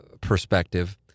perspective